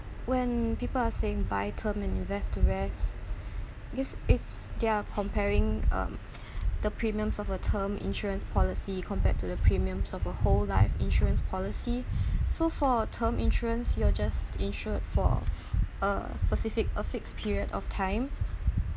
when people are saying buy term and invest to rest this is they're comparing um the premiums of a term insurance policy compared to the premiums of a whole life insurance policy so for term insurance you're just insured for a specific a fixed period of time